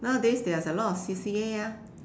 nowadays there's a lot of C_C_A ah